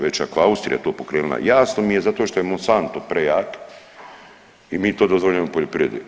Već ako je Austrija to pokrenula, jasno mi je zato što je Monsanto prejak i mi to dozvoljavamo u poljoprivredi.